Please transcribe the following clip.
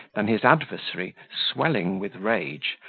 than his adversary, swelling with rage,